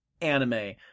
anime